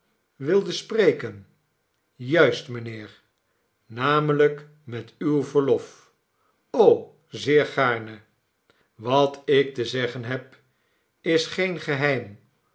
wildet spreken juist mijnheer namelijk met uw verlof zeer gaarne wat ik te zeggen heb is geen geheim